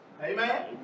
Amen